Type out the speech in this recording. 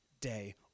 day